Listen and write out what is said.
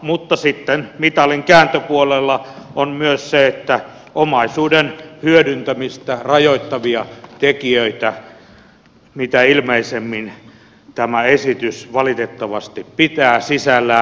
mutta sitten mitalin kääntöpuolella on myös se että omaisuuden hyödyntämistä rajoittavia tekijöitä mitä ilmeisimmin tämä esitys valitettavasti pitää sisällään